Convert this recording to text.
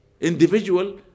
individual